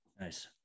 Nice